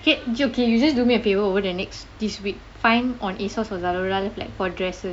eh okay you just do me a favour over the next this week find on ASOS or Zalora like for dresses